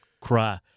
cry